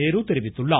நேரு தெரிவித்துள்ளார்